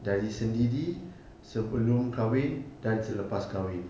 dari sendiri sebelum kahwin dan selepas kahwin